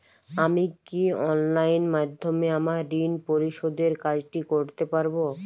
আমি কি অনলাইন মাধ্যমে আমার ঋণ পরিশোধের কাজটি করতে পারব?